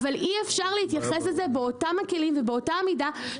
האחריות היא שלהם, לא